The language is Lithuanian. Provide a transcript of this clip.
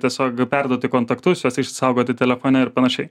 tiesiog perduoti kontaktus juos išsisaugoti telefone ir panašiai